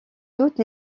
toutes